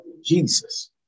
Jesus